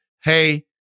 Hey